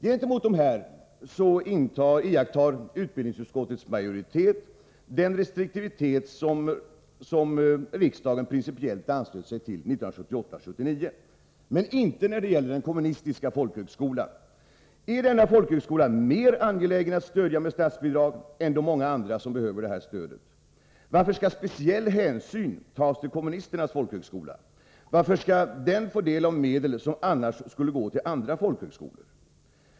Gentemot nämnda skolor visar utbildningsutskottets majoritet den restriktivitet som riksdagen under riksmötet 1978/79 principiellt uttalat sig för — den kommunistiska folkhögskolan i Bona undantagen. Är det mera angeläget med statsbidrag till denna folkhögskola än till många andra som behöver stöd av detta slag? Varför skall speciell hänsyn tas till kommunisternas folkhögskola? Varför skall den få del av medel som annars skulle gå till andra folkhögskolor?